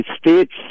States